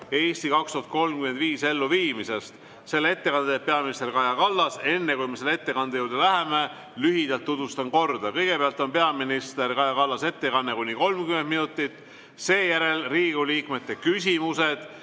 "Eesti 2035" elluviimisest, selle ettekande teeb peaminister Kaja Kallas. Enne, kui me selle ettekande juurde läheme, tutvustan lühidalt korda. Kõigepealt on peaminister Kaja Kallase ettekanne kuni 30 minutit. Seejärel on Riigikogu liikmete küsimused,